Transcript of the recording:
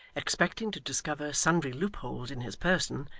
expecting to discover sundry loopholes in his person,